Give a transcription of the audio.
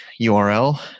URL